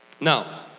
Now